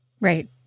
Right